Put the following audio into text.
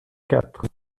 quatre